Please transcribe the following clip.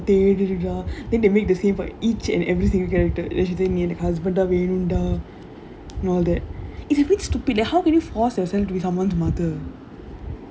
they will then they make the same for each and every single character is husband ah வேணும்டா:venumdaa and all that it's stupid eh how can you force yourself to be someone's mother